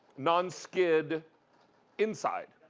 nonskid inside,